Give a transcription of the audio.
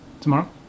Tomorrow